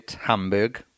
Hamburg